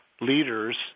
leaders